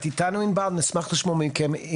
נשמח לשמוע מכם.